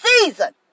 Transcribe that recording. season